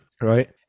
right